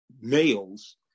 males